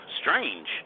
strange